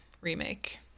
remake